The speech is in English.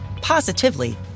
positively